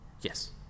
Yes